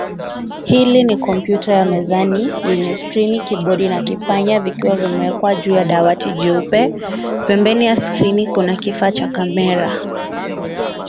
Hili ni kompyuta ya mezani yenye skrini, kibodi na kipanya vikiwa vimeekwa juu ya dawati jeupe. Pembeni ya skrini kuna kifaa cha kamera.